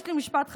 יש לי משפט חשוב.